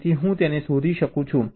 તેથી હું તેને શોધી શકું છું